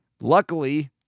Luckily